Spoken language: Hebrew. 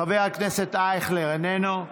חבר הכנסת אייכלר, איננו,